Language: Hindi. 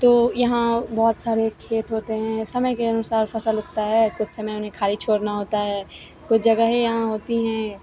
तो यहाँ बहुत सारे खेत होते हैं समय के अनुसार फ़सल उगता है कुछ समय उन्हें खाली छोड़ना होता है कुछ जगह यहाँ होती हैं